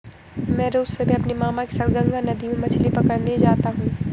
मैं रोज सुबह अपने मामा के साथ गंगा नदी में मछली पकड़ने जाता हूं